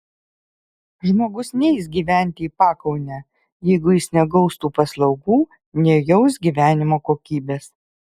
žmogus neis gyventi į pakaunę jeigu jis negaus tų paslaugų nejaus gyvenimo kokybės